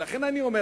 ולכן אני אומר,